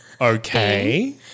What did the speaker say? Okay